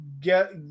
get